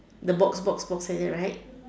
the box box box like that right